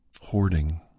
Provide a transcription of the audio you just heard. hoarding